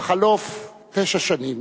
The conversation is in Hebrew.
בחלוף תשע שנים,